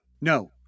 No